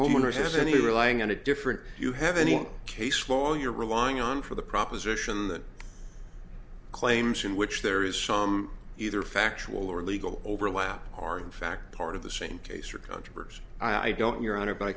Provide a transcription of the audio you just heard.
homeowner has any relying on a different you have any case law you're relying on for the proposition that claims in which there is some either factual or legal overlap are in fact part of the same case your controversy i don't your honor but i